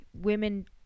women